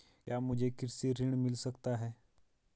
क्या मुझे कृषि ऋण मिल सकता है?